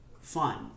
fun